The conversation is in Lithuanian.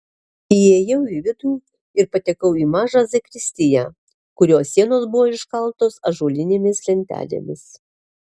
įėjau į vidų ir patekau į mažą zakristiją kurios sienos buvo iškaltos ąžuolinėmis lentelėmis